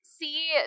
see